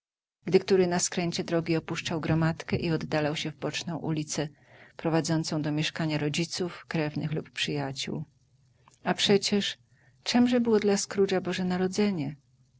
gdy który na skręcie drogi opuszczał gromadkę i oddalał się w boczną ulicę prowadzącą do mieszkania rodziców krewnych lub przyjaciół a przecież czemże było dla scroogea boże narodzenie